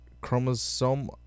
chromosome